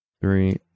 Three